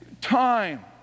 time